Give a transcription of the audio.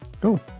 Cool